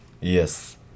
Yes